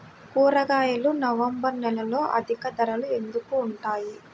కూరగాయలు నవంబర్ నెలలో అధిక ధర ఎందుకు ఉంటుంది?